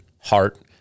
heart